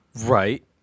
right